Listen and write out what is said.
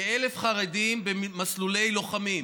כ-1,000 חרדים הם במסלולי לוחמים.